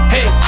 Hey